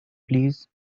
please